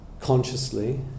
consciously